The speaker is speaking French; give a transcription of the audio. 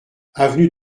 avenue